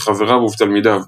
בחבריו ובתלמידיו.